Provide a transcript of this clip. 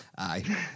Aye